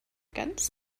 ganz